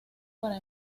para